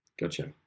Gotcha